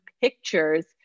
pictures